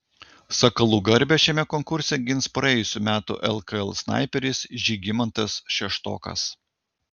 sakalų garbę šiame konkurse gins praėjusių metų lkl snaiperis žygimantas šeštokas